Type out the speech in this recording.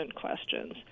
questions